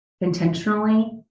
intentionally